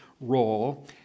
role